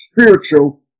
spiritual